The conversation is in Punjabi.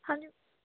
ਹਾਂਜੀ